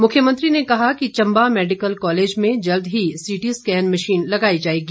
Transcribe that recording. मुख्यमंत्री ने कहा कि चम्बा मैडिकल कॉलेज में जल्द ही सीटी स्कैन मशीन लगाई जाएगी